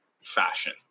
fashion